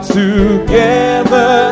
together